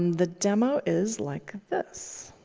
the demo is like this.